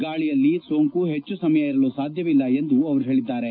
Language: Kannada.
ಗಾಳಿಯಲ್ಲಿ ಸೋಂಕು ಹೆಚ್ಚು ಸಮಯ ಇರಲು ಸಾಧ್ಯವಿಲ್ಲ ಎಂದು ಅವರು ಹೇಳಿದ್ದಾರೆ